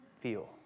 feel